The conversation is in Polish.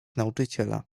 nauczyciela